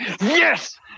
Yes